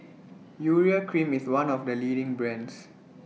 Urea Cream IS one of The leading brands